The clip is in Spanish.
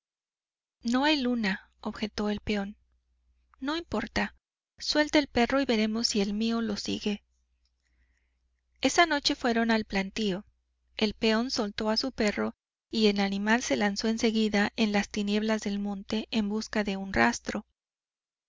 no hay luna objetó el peón no importa suelte el perro y veremos si el mío lo sigue esa noche fueron al plantío el peón soltó a su perro y el animal se lanzó en seguida en las tinieblas del monte en busca de un rastro